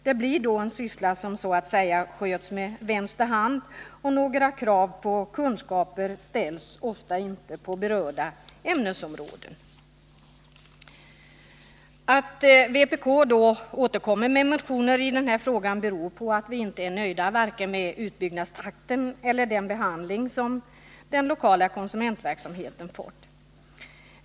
Det blir då en syssla som så att säga sköts med vänster hand, och några krav på kunskaper inom berörda ämnesområden ställs oftast inte. Att vpk återkommer med motioner i den här frågan beror på att vi inte är nöjda med vare sig utbyggnadstakten eller den behandling som den lokala konsumentverksamheten har fått.